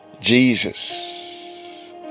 Jesus